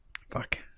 Fuck